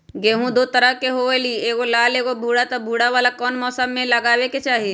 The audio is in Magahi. गेंहू दो तरह के होअ ली एगो लाल एगो भूरा त भूरा वाला कौन मौसम मे लगाबे के चाहि?